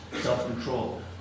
self-control